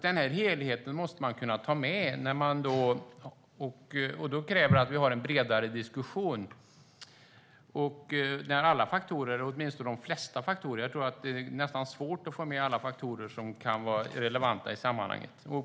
Denna helhet måste man kunna ta med, och det kräver att vi har en bredare diskussion där åtminstone de flesta faktorer finns med. Jag tror att det är svårt att få med alla faktorer som kan vara relevanta i sammanhanget.